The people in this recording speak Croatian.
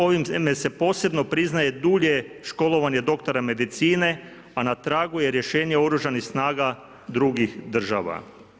Ovime se posebno priznaje dulje školovanje doktora medicine, a na tragu je rješenja oružanih snaga drugih država.